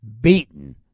beaten